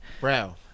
bro